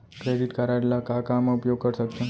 Credit card ला का का मा उपयोग कर सकथन?